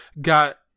got